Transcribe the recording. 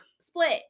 Split